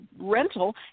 rental